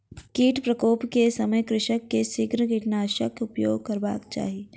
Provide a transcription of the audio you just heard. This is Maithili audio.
कीट प्रकोप के समय कृषक के शीघ्र कीटनाशकक उपयोग करबाक चाही